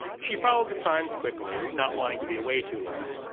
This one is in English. she followed the signs quickly, not wanting to be away too long.